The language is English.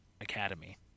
academy